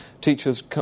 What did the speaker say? teachers